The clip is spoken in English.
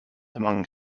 among